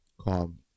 Calm